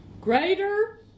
greater